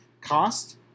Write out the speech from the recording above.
cost